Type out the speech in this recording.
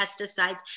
pesticides